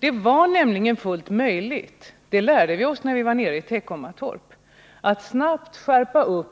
Det var nämligen fullt möjligt — det lärde vi oss när vi var nere i Teckomatorp —att skärpa